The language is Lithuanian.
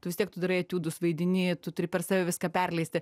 tu vis tiek tu darai etiudus vaidini tu turi per save viską perleisti